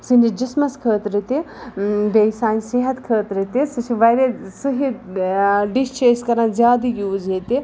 سٲنِس جِسمَس خٲطرٕ تہِ بیٚیہِ سانہِ صحت خٲطرٕ تہِ سُہ چھُ واریاہ سُہ حِش ڈِش چھِ أسۍ کران زیادٕ یوٗز ییٚتہِ